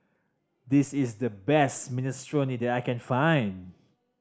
this is the best Minestrone that I can find